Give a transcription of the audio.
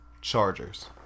Chargers